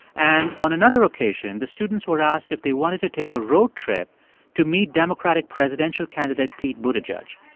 and on another occasion, the students were asked if they wanted to take a road trip to meet democratic presidential candidate pete buttigieg.